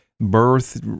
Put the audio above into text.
birth